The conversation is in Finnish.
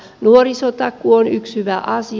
nuorisotakuu on yksi hyvä asia